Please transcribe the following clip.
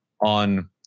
on